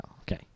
Okay